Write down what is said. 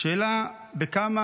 השאלה היא בכמה